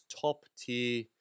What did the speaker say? top-tier